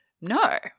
no